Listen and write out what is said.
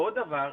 עוד דבר,